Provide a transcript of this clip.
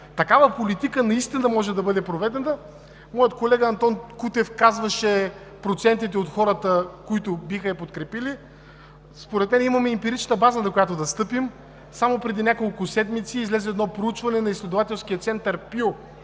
Такава политика наистина може да бъде проведена. Моят колега Антон Кутев казваше процентите от хората, които биха я подкрепили. Според мен имаме емпирична база, на която да стъпим. Само преди няколко седмици излезе едно проучване на Изследователския център „Пю“